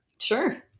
sure